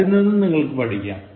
ആരിൽ നിന്നും നിങ്ങൾക്ക് പഠിക്കാം